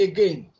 Again